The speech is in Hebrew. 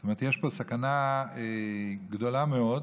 זאת אומרת, יש פה סכנה גדולה מאוד.